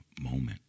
moment